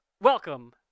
Welcome